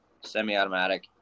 Semi-automatic